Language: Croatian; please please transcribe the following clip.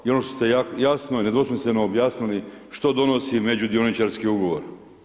I ono što ste jasno i nedvosmisleno objasnili, što donosi međudioničarski ugovor?